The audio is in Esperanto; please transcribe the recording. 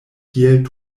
kiel